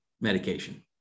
medication